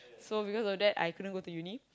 so because of that I couldn't go to uni